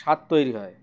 সার তৈরি হয়